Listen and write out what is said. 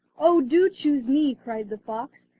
oh, do choose me cried the fox,